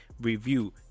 review